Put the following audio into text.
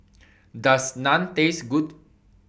Does Naan Taste Good